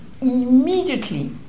immediately